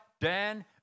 Dan